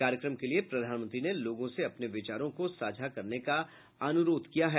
कार्यक्रम के लिए प्रधानमंत्री ने लोगों से अपने विचारों को साझा करने का भी अनुरोध किया है